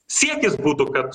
siekis būtų kad